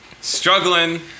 Struggling